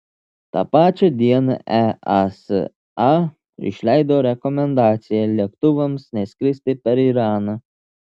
tą pačią dieną easa išleido rekomendaciją lėktuvams neskristi per iraną